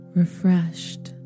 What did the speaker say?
refreshed